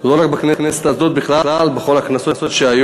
לא רק בכנסת הזאת אלא בכלל בכל הכנסות שהיו,